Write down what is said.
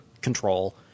control